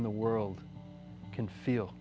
in the world can feel